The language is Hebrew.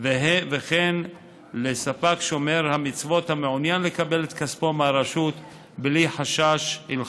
וכן לספק שומר המצוות המעוניין לקבל את כספו מהרשות בלי חשש הלכתי.